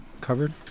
covered